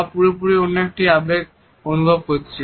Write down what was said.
বা পুরোপুরি অন্য একটি আবেগ অনুভব করছেন